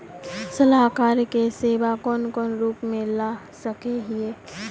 सलाहकार के सेवा कौन कौन रूप में ला सके हिये?